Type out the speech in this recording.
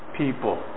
people